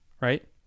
right